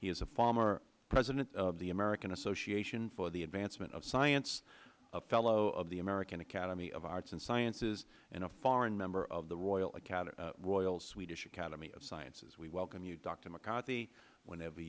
is a former president of the american association for the advancement of science a fellow of the american academy of arts and sciences and a foreign member of the royal swedish academy of sciences we welcome you doctor mccarthy whenever